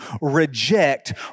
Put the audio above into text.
reject